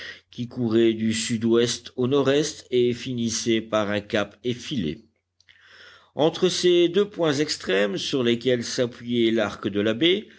qui courait du sud-ouest au nordest et finissait par un cap effilé entre ces deux points extrêmes sur lesquels s'appuyait l'arc de la baie